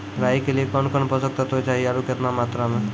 राई के लिए कौन कौन पोसक तत्व चाहिए आरु केतना मात्रा मे?